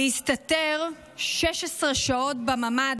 אז זה הולך ככה: "להסתתר 16 שעות בממ"ד